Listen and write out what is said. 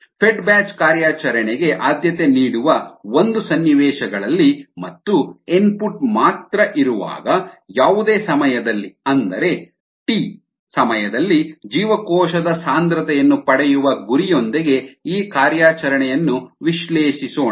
Fed batch ಕಾರ್ಯಾಚರಣೆಗೆ ಆದ್ಯತೆ ನೀಡುವ ಒಂದು ಸನ್ನಿವೇಶಗಳಲ್ಲಿ ಮತ್ತು ಇನ್ಪುಟ್ ಮಾತ್ರ ಇರುವಾಗ ಯಾವುದೇ ಸಮಯದಲ್ಲಿ ಅಂದರೆ ಟಿ ಸಮಯದಲ್ಲಿ ಜೀವಕೋಶದ ಸಾಂದ್ರತೆಯನ್ನು ಪಡೆಯುವ ಗುರಿಯೊಂದಿಗೆ ಈ ಕಾರ್ಯಾಚರಣೆಯನ್ನು ವಿಶ್ಲೇಷಿಸೋಣ